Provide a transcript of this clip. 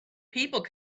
people